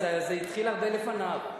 אז זה התחיל הרבה לפניו.